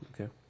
Okay